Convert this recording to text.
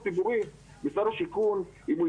הביטוח הלאומי, בבקשה.